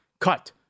cut